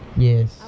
yes